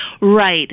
Right